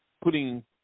putting